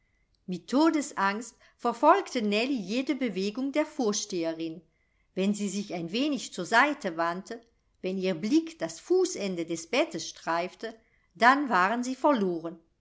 mit todesangst verfolgte nellie jede bewegung der vorsteherin wenn sie sich ein wenig zur seite wandte wenn ihr blick das fußende des bettes streifte dann waren sie verloren